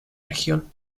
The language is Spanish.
región